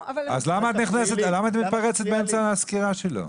לא, אני --- אז למה את מתפרצת באמצע הסקירה שלו?